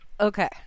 Okay